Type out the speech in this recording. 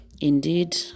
Indeed